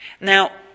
Now